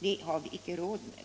Det har vi icke råd med.